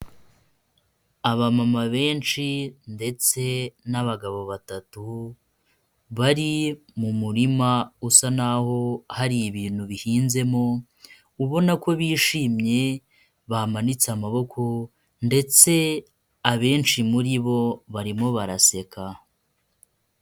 Abamama benshi ndetse n'abagabo batatu bari mu murima usa naho hari ibintu bihinzemo, ubona ko bishimye bamanitse amaboko ndetse abenshi muri bo barimo baraseka.